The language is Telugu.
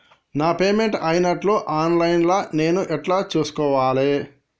నా పేమెంట్ అయినట్టు ఆన్ లైన్ లా నేను ఎట్ల చూస్కోవాలే?